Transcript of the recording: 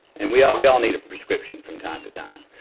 and we ah we all need a prescription from time to time.